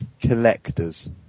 Collectors